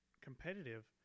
competitive